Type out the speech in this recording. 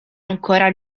ancora